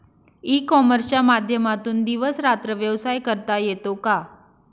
E कॉमर्सच्या माध्यमातून दिवस रात्र व्यवसाय करता येतो का?